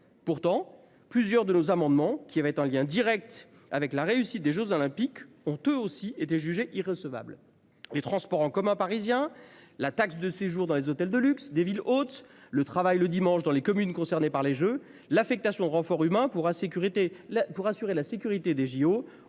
pourtant plusieurs de nos amendements qui avait un lien Direct avec la réussite des Jeux olympiques ont eux aussi été jugée irrecevables les transports en commun parisiens, la taxe de séjour dans les hôtels de luxe des villes hôtes le travail le dimanche dans les communes concernées par les Jeux l'affectation renforts humains pour insécurité là